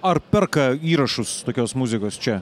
ar perka įrašus tokios muzikos čia